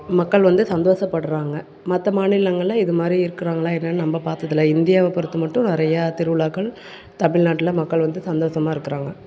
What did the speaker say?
மக்கள் வந்து சந்தோஷப்படுறாங்க மற்ற மாநிலங்கள்ல இதுமாதிரி இருக்கிறாங்களா என்னன்னு நம்ம பார்த்ததில்ல இந்தியாவை பொறுத்த மட்டும் நிறையா திருவிழாக்கள் தமிழ்நாட்ல மக்கள் வந்து சந்தோஷமாக இருக்கிறாங்க